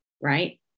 right